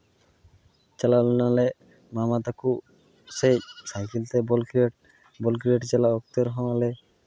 ᱪᱟᱞᱟᱣ ᱞᱮᱱᱟ ᱞᱮ ᱢᱟᱢᱟ ᱛᱟᱠᱚ ᱥᱮᱡ ᱥᱟᱭᱠᱮᱞ ᱛᱮ ᱵᱚᱞ ᱠᱷᱮᱞᱚᱸᱰ ᱵᱚᱞ ᱠᱷᱮᱞᱳᱸᱰ ᱪᱟᱞᱟᱣ ᱚᱠᱛᱮ ᱨᱮ ᱦᱚᱸ ᱟᱞᱮ